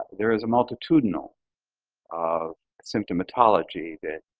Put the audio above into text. there is a multitudinal of symptomatology that